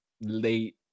late